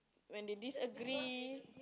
when they disagree